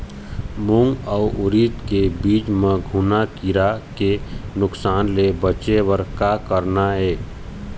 मूंग अउ उरीद के बीज म घुना किरा के नुकसान ले बचे बर का करना ये?